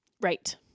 Right